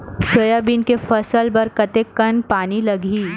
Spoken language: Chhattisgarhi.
सोयाबीन के फसल बर कतेक कन पानी लगही?